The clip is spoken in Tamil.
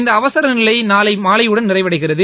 இந்தஅவசரநிலைநாளைமாலையுடன் நிறைவடைகிறது